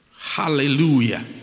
Hallelujah